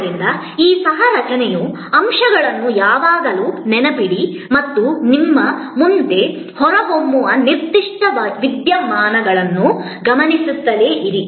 ಆದ್ದರಿಂದ ಈ ಸಹ ರಚನೆಯ ಅಂಶವನ್ನು ಯಾವಾಗಲೂ ನೆನಪಿಡಿ ಮತ್ತು ನಿಮ್ಮ ಮುಂದೆ ಹೊರಹೊಮ್ಮುವ ನಿರ್ದಿಷ್ಟ ವಿದ್ಯಮಾನಗಳನ್ನು ಗಮನಿಸುತ್ತಲೇ ಇರಿ